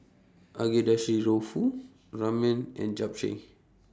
Agedashi Dofu Ramen and Japchae